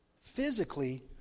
physically